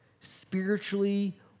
spiritually